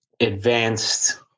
advanced